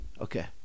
Okay